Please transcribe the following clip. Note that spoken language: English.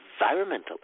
environmental